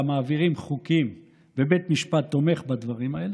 מעבירים חוקים ובית משפט תומך בדברים האלה,